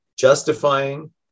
justifying